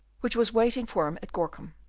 which was waiting for him at gorcum,